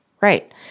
right